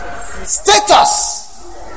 status